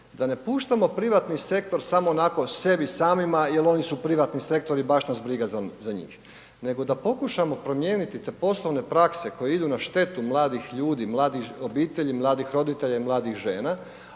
da ne puštamo privatni sektor, samo onako sebi samima jer oni su privatni sektor i baš nas briga njih, nego da pokušamo promijeniti te poslovne prakse koje idu na štetu mladih ljudi, mladih obitelji, mladih roditelja i mladih žena